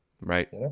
Right